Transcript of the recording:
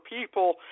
people